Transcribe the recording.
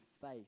faith